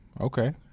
Okay